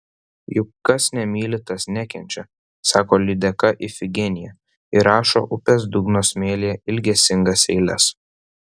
juk kas nemyli tas nekenčia sako lydeka ifigenija ir rašo upės dugno smėlyje ilgesingas eiles